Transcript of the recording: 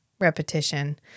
repetition